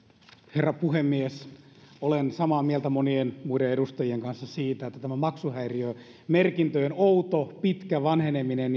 herra puhemies olen samaa mieltä monien muiden edustajien kanssa siitä että tämä maksuhäiriömerkintöjen outo pitkä vanheneminen